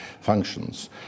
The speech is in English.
functions